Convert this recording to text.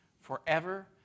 forever